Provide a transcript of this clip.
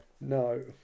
No